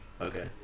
okay